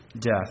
death